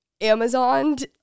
amazoned